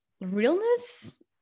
realness